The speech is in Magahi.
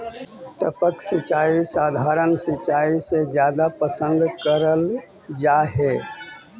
टपक सिंचाई सधारण सिंचाई से जादा पसंद करल जा हे